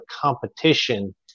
competition